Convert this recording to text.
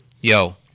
Yo